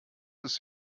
ist